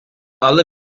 alle